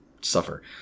suffer